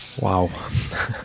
Wow